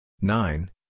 nine